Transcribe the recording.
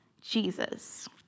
Jesus